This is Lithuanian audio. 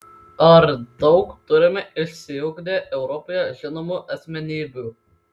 ar daug turime išsiugdę europoje žinomų asmenybių